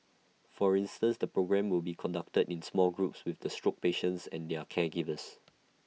for instance the programme will be conducted in small groups with the stroke patients and their caregivers